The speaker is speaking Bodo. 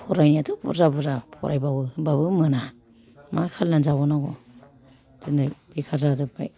फरायनायाथ' बुरजा बुरजा फरायबावो होनबाबो मोना मा खालायनानै जाबावनांगौ दिनै बेखार जाजोबबाय